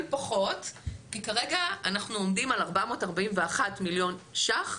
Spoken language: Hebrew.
כי כרגע אנחנו עומדים על 441 מיליון שקל.